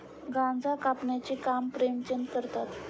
गांजा कापण्याचे काम प्रेमचंद करतात